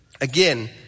Again